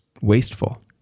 wasteful